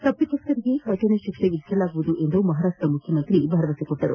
ತಪ್ಪಿತಸ್ಥರಿಗೆ ಕಠಿಣ ಶಿಕ್ಷೆ ವಿಧಿಸಲಾಗುವುದು ಎಂದು ಮಹಾರಾಷ್ಟದ ಮುಖ್ಯಮಂತ್ರಿ ಭರವಸೆ ನೀಡಿದ್ದಾರೆ